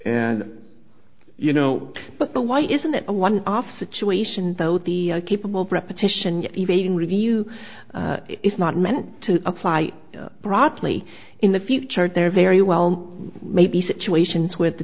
and you know but the why isn't it a lunch off situation though the capable of repetition evading review is not meant to apply broadly in the future there very well may be situations with the